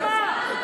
אז מה?